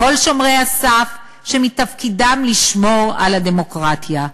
כל שומרי הסף שמתפקידם לשמור על הדמוקרטיה.